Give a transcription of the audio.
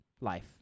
life